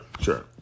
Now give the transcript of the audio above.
sure